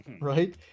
right